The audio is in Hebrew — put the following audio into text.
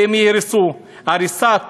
ואם יהרסו, הריסת